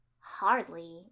Hardly